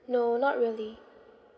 no not really